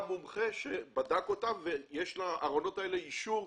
מומחה שבדק אותם ולהראות שיש לארונות האלה אישור,